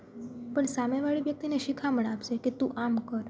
પણ સામેવાળી વ્યક્તિને શિખામણ આપશે કે તું આમ કર